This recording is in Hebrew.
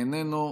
איננו,